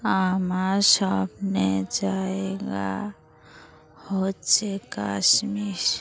আমার স্বপ্নের জায়গা হচ্ছে কাশ্মীর